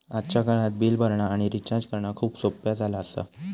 आजच्या काळात बिल भरणा आणि रिचार्ज करणा खूप सोप्प्या झाला आसा